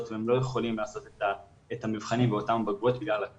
והם לא יכולים לעשות את המבחנים ואת אותן בגרויות בגלל ה-